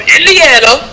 Indiana